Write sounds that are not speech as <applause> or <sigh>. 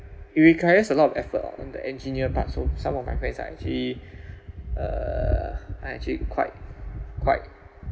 it requires a lot of effort on on the engineer part so some of my friends are actually <breath> uh are actually quite quite